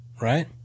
right